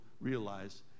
realize